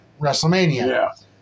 WrestleMania